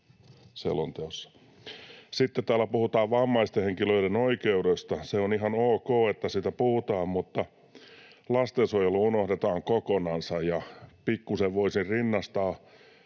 Sitten täällä puhutaan vammaisten henkilöiden oikeudesta. Se on ihan ok, että siitä puhutaan, mutta lastensuojelu unohdetaan kokonansa, ja pikkuisen voisi rinnastaa